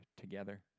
together